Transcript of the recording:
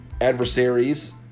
adversaries